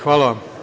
Hvala.